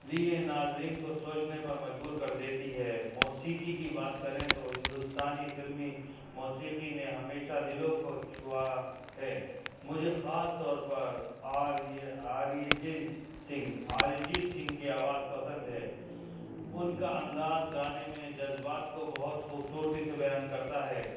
لیے ناظرین کو سوچنے پر مجبور کر دیتی ہے موسیقی کی بات کریں تو ہندوستانی فلمی موسیقی نے ہمیشہ دلوں کو چھا ہے مجھے خاص طور پر آریہ سنگھ ارجیت سنگھ کی آواز پسند ہے ان کا انداز گانے میں جذبات کو بہت خوبصورتی سے بیان کرتا ہے